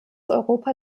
europa